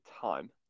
time